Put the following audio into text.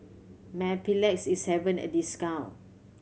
Mepilex is having a discount